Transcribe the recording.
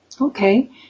Okay